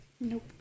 Nope